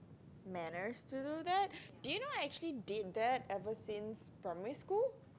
manners to do that did you know I actually did that ever since primary school